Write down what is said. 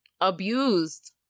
abused